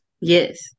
yes